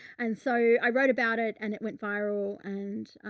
and so i wrote about it and it went viral. and,